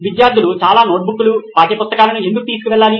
విద్యార్థులు చాలా నోట్బుక్లు పాఠ్యపుస్తకాలను ఎందుకు తీసుకెళ్లాలి